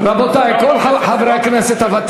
כל אחד מנצל את הבמה